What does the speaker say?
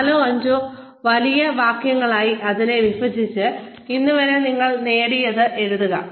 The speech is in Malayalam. നാലോ അഞ്ചോ ചെറിയ വാക്യങ്ങളാക്കി അതിനെ വിഭജിച്ച് ഇന്നുവരെ നിങ്ങൾ നേടിയത് എഴുതുക